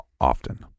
often